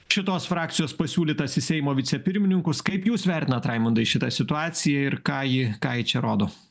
šitos frakcijos pasiūlytas į seimo vicepirmininkus kaip jūs vertinat raimundai šitą situaciją ir ką ji ką ji čia rodo